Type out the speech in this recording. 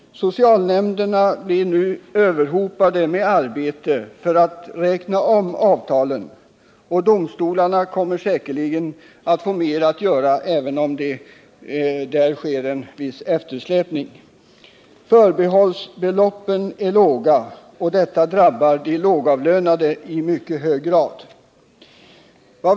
Socialnämnderna blir nu överhopade med arbete för att räkna om avtalen. Också domstolarna kommer säkerligen att få mer att göra, även om det där sker en viss eftersläpning. Förbehållsbeloppen är låga, och detta drabbar de lågavlönade i mycket hög grad.